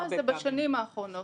בשנים האחרונות.